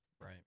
Right